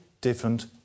different